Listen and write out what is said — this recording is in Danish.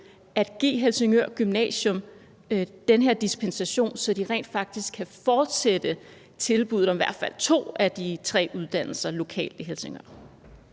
at give Helsingør Gymnasium den her dispensation, så de rent faktisk kan fortsætte tilbuddet om i hvert fald to af de tre uddannelser lokalt i Helsingør?